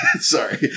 Sorry